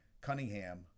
Cunningham